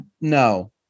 no